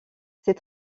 ses